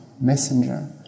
messenger